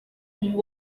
uyu